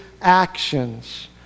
actions